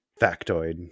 factoid